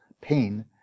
pain